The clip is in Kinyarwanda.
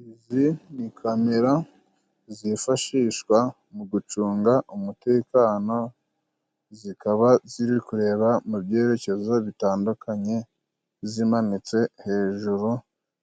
Izi ni kamera zifashishwa mu gucunga umutekano. Zikaba ziri kureba mu byerekezo bitandukanye zimanitse hejuru